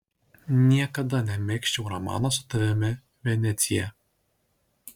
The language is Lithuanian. niekada nemegzčiau romano su tavimi venecija